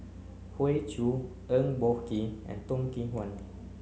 Hoey Choo Eng Boh Kee and Toh Kim Hwa